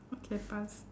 okay pass